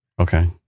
Okay